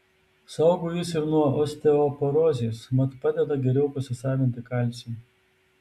saugo jis ir nuo osteoporozės mat padeda geriau pasisavinti kalcį